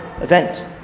event